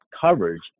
coverage